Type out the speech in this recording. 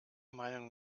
meinung